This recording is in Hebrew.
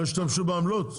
לא השתמשו בעמלות?